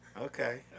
okay